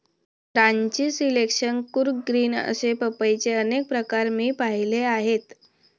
Ranchi selection, Coorg green असे पपईचे अनेक प्रकार मी पाहिले आहेत